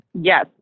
Yes